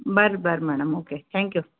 ಬರ್ರಿ ಬರ್ರಿ madam okay thank you